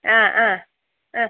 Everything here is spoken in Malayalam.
ആ ആ ആ